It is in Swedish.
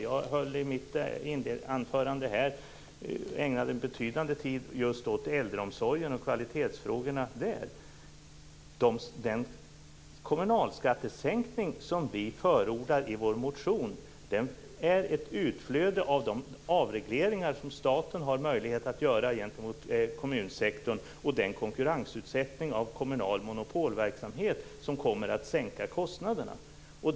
Jag ägnade betydande tid i mitt anförande åt kvalitetsfrågorna i äldreomsorgen. Den kommunalskattesänkning vi förordar i vår motion är ett utflöde av de avregleringar som staten har möjlighet att göra gentemot kommunsektorn. Konkurrensutsättningen av kommunal monopolverksamhet kommer att sänka kostnaderna.